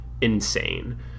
insane